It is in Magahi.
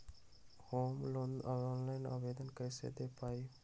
होम लोन के ऑनलाइन आवेदन कैसे दें पवई?